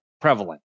prevalent